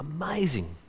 Amazing